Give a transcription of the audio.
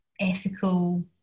ethical